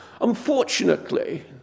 Unfortunately